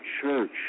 church